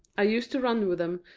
i used to run with them,